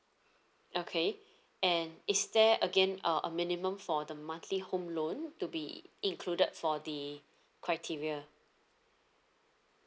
okay and is there again uh a minimum for the monthly home loan to be included for the criteria